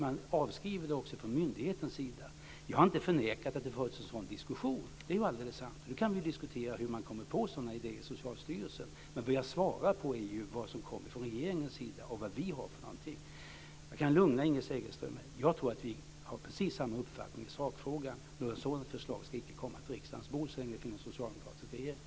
Man avskriver det också från myndighetens sida. Jag har inte förnekat att det har förts en sådan diskussion. Det är ju alldeles sant. Vi kan diskutera hur man kommer på sådana idéer i Socialstyrelsen, men frågan jag svarade på var vad som kommer från regeringens sida och vad vi har för någonting. Jag kan lugna Inger Segelström med att jag tror att vi har precis samma uppfattning i sakfrågan. Något sådant förslag ska inte läggas på riksdagens bord så länge det finns en socialdemokratisk regering.